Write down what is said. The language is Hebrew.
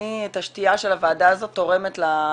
אני את השתייה של הוועדה הזאת תורמת לזה.